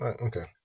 okay